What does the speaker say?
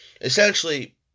essentially